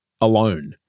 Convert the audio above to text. alone